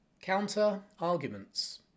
Counter-arguments